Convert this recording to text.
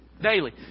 Daily